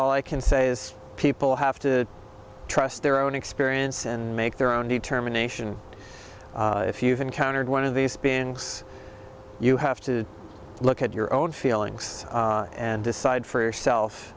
all i can say is people have to trust their own experience and make their own determination if you've encountered one of these been you have to look at your own feelings and decide for yourself